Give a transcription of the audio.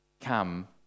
come